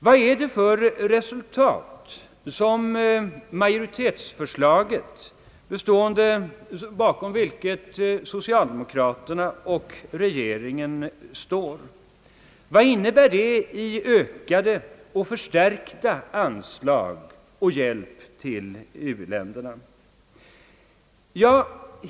Vad innebär majoritetsförslaget, bakom vilket socialdemokraterna och regeringen står, i form av ökade och förstärkta anslag och hjälp till u-länderna?